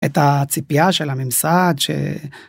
את הציפייה של הממסד.